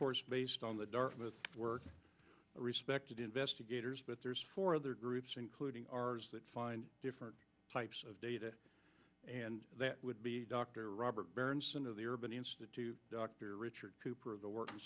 course based on the dartmouth work of a respected investigators but there's four other groups including ours that find different types of data and that would be dr robert burns into the urban institute dr richard cooper of the work